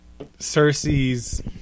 Cersei's